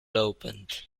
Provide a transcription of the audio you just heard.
opened